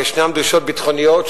ויש דרישות ביטחוניות,